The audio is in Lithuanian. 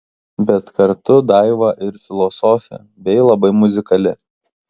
bet kartu daiva ir filosofė bei labai muzikali